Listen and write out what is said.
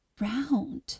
round